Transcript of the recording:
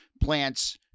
plants